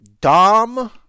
Dom